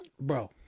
Bro